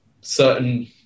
certain